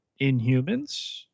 Inhumans